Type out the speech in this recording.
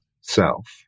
self